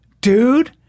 dude